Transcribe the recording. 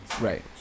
Right